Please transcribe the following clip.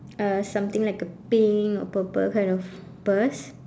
uh something like a pink or purple kind of purse